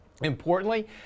Importantly